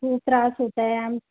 खूप त्रास होत आहे